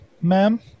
ma'am